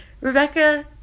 Rebecca